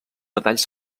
detalls